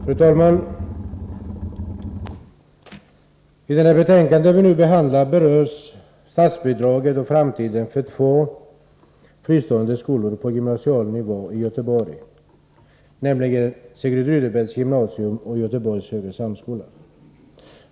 Fru talman! I det betänkande vi nu behandlar berörs statsbidraget och framtiden för två fristående skolor på gymnasial nivå i Göteborg, nämligen Sigrid Rudebecks gymnasium och Göteborgs högre samskola.